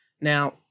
Now